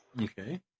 Okay